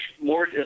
more